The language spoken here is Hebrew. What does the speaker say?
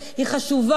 היא חשובה.